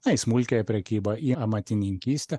na į smulkiąją prekybą į amatininkystę